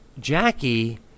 Jackie